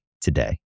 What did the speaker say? today